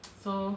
so